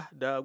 da